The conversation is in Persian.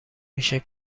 میشه